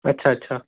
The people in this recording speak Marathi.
अच्छा अच्छा